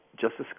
Justice